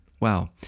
Wow